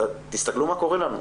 תסתכלו מה קורה לנו.